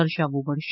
દર્શાવવો પડશે